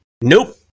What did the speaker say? Nope